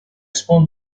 spun